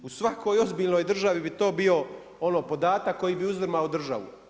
U svakoj ozbiljnoj državi bi to bio ono podatak koji bi uzdrmao državu.